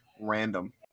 random